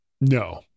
No